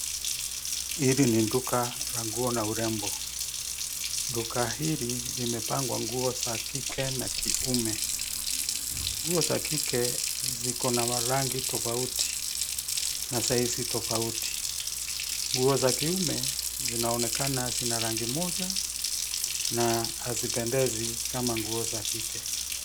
Hili ni duka la nguo na urembo. Duka hili limepangwa nguo za kike na kiume. Nguo za kike ziko na marangi tofauti na size tofauti. Nguo za kiume zinaonekana zina rangi moja na hazipendezi kama nguo za kike.